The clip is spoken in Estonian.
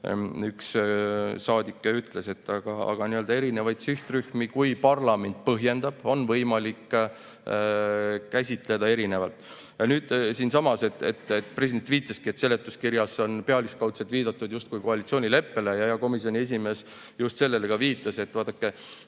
üks saadik ütles, aga erinevaid sihtrühmi, kui parlament selle ära põhjendab, on võimalik käsitleda erinevalt. Nüüd, siinsamas president viitaski, et seletuskirjas on pealiskaudselt viidatud justkui koalitsioonileppele, ja hea komisjoni esimees just sellele ka viitas, et meil